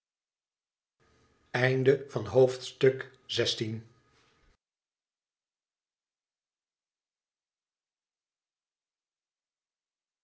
hoofdstuk van het